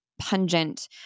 pungent